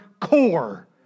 core